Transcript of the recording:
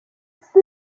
公司